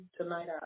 tonight